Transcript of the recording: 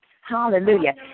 Hallelujah